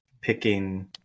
picking